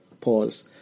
Pause